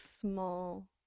small